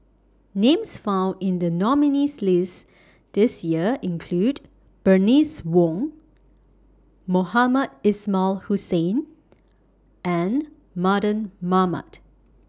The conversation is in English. Names found in The nominees' list This Year include Bernice Wong Mohamed Ismail Hussain and Mardan Mamat